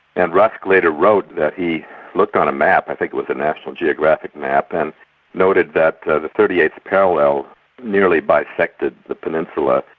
and rusk later wrote that he looked on a map, i think it was the national geographic map, and noted that that the thirty eighth parallel nearly bisected the peninsula.